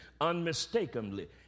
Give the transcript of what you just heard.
unmistakably